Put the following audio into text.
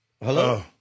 Hello